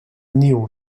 niu